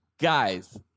Guys